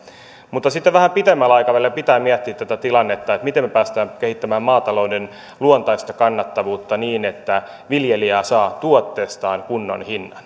sitten vähän pidemmällä aikavälillä pitää miettiä tätä tilannetta miten me pääsemme kehittämään maatalouden luontaista kannattavuutta niin että viljelijä saa tuotteestaan kunnon hinnan